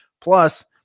Plus